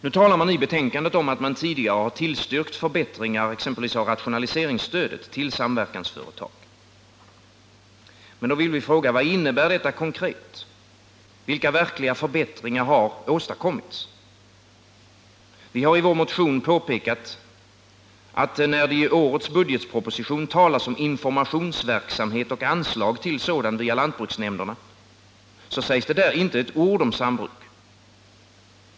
Nu talar utskottet i betänkandet om att man tidigare har tillstyrkt förbättringar av rationaliseringsstödet till samverkansföretag. Vad innebär då detta konkret? Vilka verkliga förbättringar har åstadkommits? Vi har i vår motion påpekat att när det i årets budgetproposition talas om informationsverksamhet och anslag till sådan via lantbruksnämnderna, så sägs där inte ett ord om sambruk.